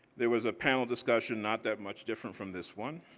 there was a panel discussion not that much different from this one,